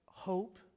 Hope